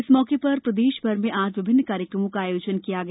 इस मौके पर प्रदेश भर में भी आज विभिन्न कार्यक्रमों का आयोजन किया गया